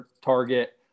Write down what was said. Target